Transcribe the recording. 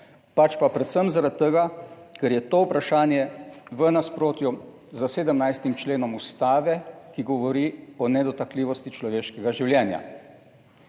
ampak predvsem zaradi tega, ker je to vprašanje v nasprotju s 1. členom Ustave, ki govori o nedotakljivosti človeškega življenja.